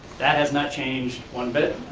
that has not changed one bit.